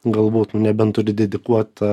galbūt nu nebent turi dedikuotą